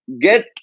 get